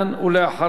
ואחריו,